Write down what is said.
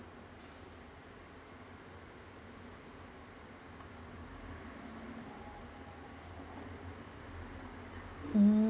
mm~